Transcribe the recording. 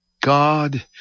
God